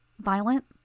Violent